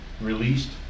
released